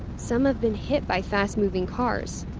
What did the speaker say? some have been hit by fast moving cars.